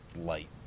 light